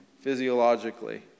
physiologically